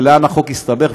ולאן החוק הסתבך,